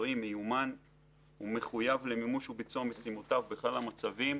מקצועי ומיומן ומחויב למימוש וביצוע משימותיו בכל המצבים.